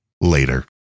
Later